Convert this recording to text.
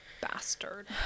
bastard